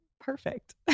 perfect